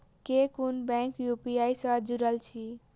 केँ कुन bank UPI सँ जुड़ल अछि?